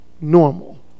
normal